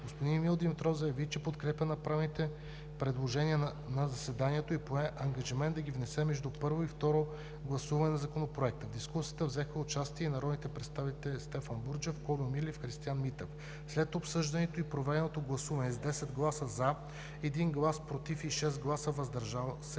Господин Емил Димитров заяви, че подкрепя направените предложения на заседанието и пое ангажимент да ги внесе между първо и второ гласуване на Законопроекта. В дискусията взеха участие и народните представители Стефан Бурджев, Кольо Милев и Христиан Митев. След обсъждането и проведеното гласуване: с 10 гласа „за“, 1 глас „против“ и 6 гласа „въздържал се“,